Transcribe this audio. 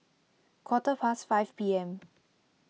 quarter past five P M